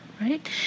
right